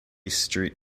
street